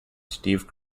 steve